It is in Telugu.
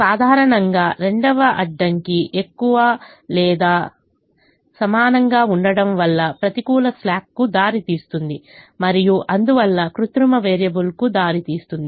సాధారణంగా రెండవ అడ్డంకి ఎక్కువ లేదా సమానంగా ఉండడంవల్ల ప్రతికూల స్లాక్కు దారితీస్తుంది మరియు అందువల్ల కృత్రిమ వేరియబుల్కు దారితీస్తుంది